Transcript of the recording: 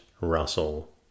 Russell